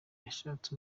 yashatse